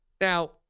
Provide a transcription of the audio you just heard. Now